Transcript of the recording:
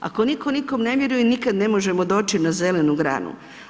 Ako nitko nikom ne vjeruje, nikad ne možemo doći na zelenu granu.